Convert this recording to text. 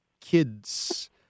kids